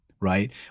right